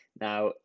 Now